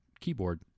keyboard